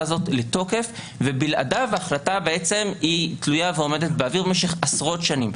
הזאת לתוקף ובלעדיו ההחלטה בעצם תלויה ועומדת באוויר במשך עשרות שנים.